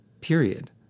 Period